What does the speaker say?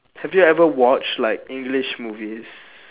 have you ever watched like english movies